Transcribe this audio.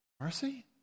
mercy